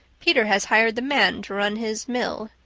peter has hired the man to run his mill.